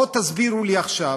בואו תסבירו לי עכשיו,